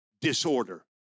disorder